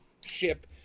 ship